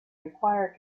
require